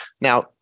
Now